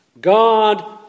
God